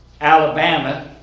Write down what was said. Alabama